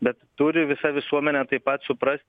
bet turi visa visuomenė taip pat suprast